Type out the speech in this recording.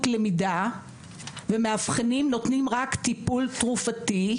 למידה ומאבחנים נותנים רק טיפול תרופתי,